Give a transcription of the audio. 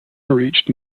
reached